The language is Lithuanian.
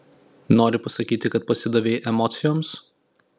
nori pasakyti kad pasidavei emocijoms